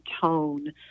tone